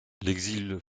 l’exil